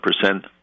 percent